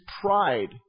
pride